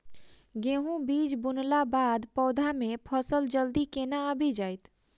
गेंहूँ बीज बुनला बाद पौधा मे फसल जल्दी केना आबि जाइत?